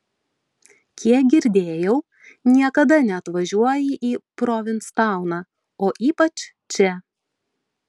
kiek girdėjau niekada neatvažiuoji į provinstauną o ypač čia